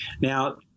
now